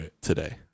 today